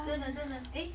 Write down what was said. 真的真的 eh